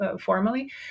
formally